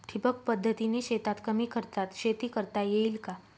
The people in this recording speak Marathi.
ठिबक पद्धतीने शेतात कमी खर्चात शेती करता येईल का?